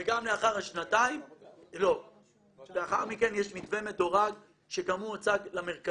לאחר מכן יש מתווה מדורג, שגם הוא הוצג למרכזים.